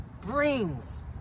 brings